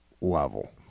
level